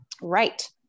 Right